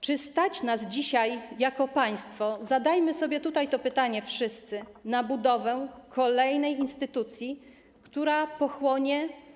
Czy stać nas dzisiaj jako państwo - zadajmy sobie tutaj to pytanie wszyscy - na budowę kolejnej instytucji, która pochłonie.